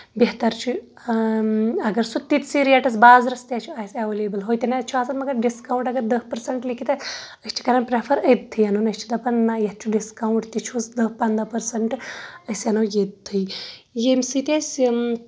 بہتر چھُ اَگر سہُ تتسی ریٹس بازرس تہِ چھُ آسہِ اویلیبل ہوتِنیٚتھ چھُ آسان مگت ڈسکاونٛٹ اَگر دٔہ پرسنٛٹ لیٖکھِتھ آسہِ أسۍ چھِ کران پریٚفر أتۍتھی اَنُن أسۍ چھِ دَپان نَہ یَتھ چھُ ڈِسکاونٛٹ تہِ چھُس دہ پَنٛداہ پرسنٹ أسۍ اَنو ییٚتۍ تھے ییٚمہِ سۭتۍ أسۍ